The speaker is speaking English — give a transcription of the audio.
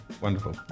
wonderful